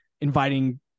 inviting